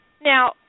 Now